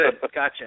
gotcha